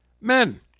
men